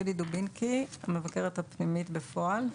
יהודית דובינקי, המבקרת הפנימית בפועל.